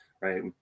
Right